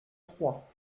trois